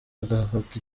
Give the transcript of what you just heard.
agafata